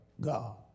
God